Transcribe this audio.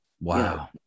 wow